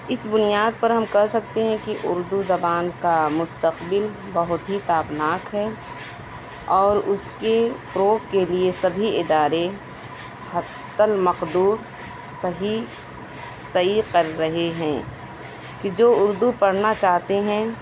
اِس بنیاد پر ہم کہہ سکتے ہیں کہ اُردو زبان کا مستقبل بہت ہی تابناک ہے اور اُس کی فروغ کے لئے سبھی ادارے حتی المقدور صحیح صحیح کر رہے ہیں کہ جو اُردو پڑھنا چاہتے ہیں